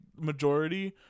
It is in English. majority